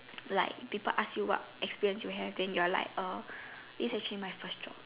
like people ask you what experience you have then you are like actually is it actually this is my first job